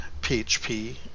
PHP